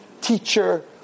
teacher